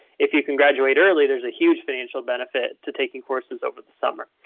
if you can graduate early, there's a huge financial benefit to taking courses over the summer.